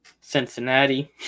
Cincinnati